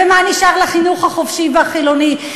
ומה נשאר לחינוך החופשי והחילוני.